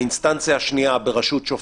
האינסטנציה השנייה בראשות שופט?